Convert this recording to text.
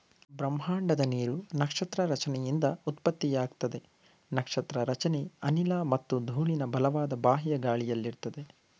ಬ್ರಹ್ಮಾಂಡದ ನೀರು ನಕ್ಷತ್ರ ರಚನೆಯಿಂದ ಉತ್ಪತ್ತಿಯಾಗ್ತದೆ ನಕ್ಷತ್ರ ರಚನೆ ಅನಿಲ ಮತ್ತು ಧೂಳಿನ ಬಲವಾದ ಬಾಹ್ಯ ಗಾಳಿಯಲ್ಲಿರ್ತದೆ